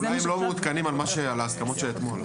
אולי הם לא מעודכנים על ההסכמות של אתמול.